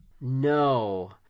No